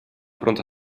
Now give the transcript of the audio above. pronto